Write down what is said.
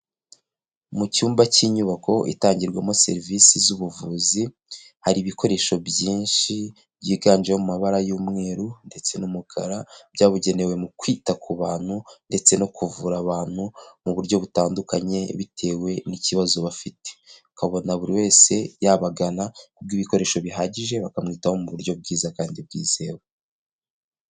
Mu cyumba cy'inyubako itangirwamo serivisi z'ubuvuzi, hari ibikoresho byinshi byiganjemo mu mabara y'umweru ndetse n'umukara, byabugenewe mu kwita ku bantu ndetse no kuvura abantu mu buryo butandukanye bitewe n'ikibazo bafite. Ukabona buri wese yabagana kubw'ibikoresho bihagije bakamwitaho mu buryo bwiza kandi bwizewe.